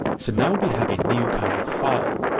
so now we have a new kind of file,